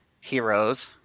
heroes